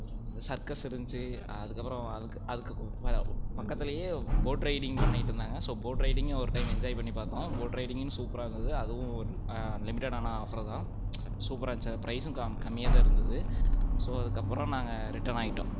circus இருந்துச்சு அதுக்கப்புறம் அதுக்கு அதுக்கு பக்கத்திலயே போட் ரைட்டிங் பண்ணிகிட்டுருந்தாங்க ஸோ போட் ரைட்டிங்கும் ஒரு டைம் என்ஜாய் பண்ணி பார்த்தோம் போட் ரைட்டிங்கும் சூப்பராக இருந்தது அதுவும் லிமிட்டெடான ஆஃபர் தான் சூப்பராக இருந்துச்சு பிரைஸ்சும் கம்மியாக தான் இருந்தது ஸோ அதுக்கப்புறம் நாங்கள் ரிட்டன் ஆகிட்டோம்